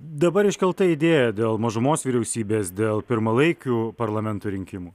dabar iškelta idėja dėl mažumos vyriausybės dėl pirmalaikių parlamento rinkimų